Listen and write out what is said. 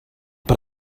but